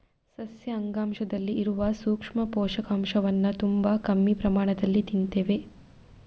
ಸಸ್ಯ ಅಂಗಾಂಶದಲ್ಲಿ ಇರುವ ಸೂಕ್ಷ್ಮ ಪೋಷಕಾಂಶವನ್ನ ತುಂಬಾ ಕಮ್ಮಿ ಪ್ರಮಾಣದಲ್ಲಿ ತಿಂತೇವೆ